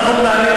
זה הקרב על הכסף.